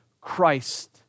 Christ